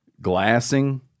glassing